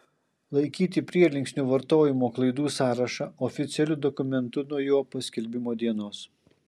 laikyti prielinksnių vartojimo klaidų sąrašą oficialiu dokumentu nuo jo paskelbimo dienos